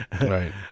Right